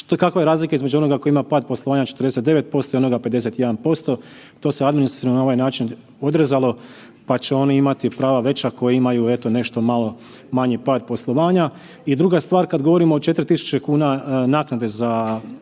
kakva je razlika između onoga koji ima pad poslovanja 49% i onog 51%, to se administrativno na ovaj način odrezalo pa će oni imati prava veća koji imaju eto nešto malo manji pad poslovanja. I druga stvar, kada govorimo o 4.000 naknade za